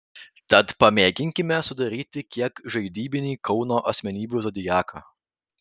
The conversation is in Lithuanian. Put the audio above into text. tad pamėginkime sudaryti kiek žaidybinį kauno asmenybių zodiaką